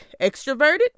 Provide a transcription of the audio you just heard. extroverted